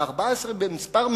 14 במספר,